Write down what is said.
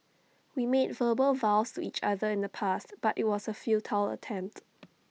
we made verbal vows to each other in the past but IT was A futile attempt